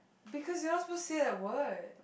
because you're not supposed to say that word